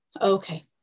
Okay